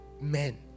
men